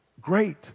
great